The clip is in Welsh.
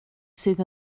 sydd